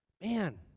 Man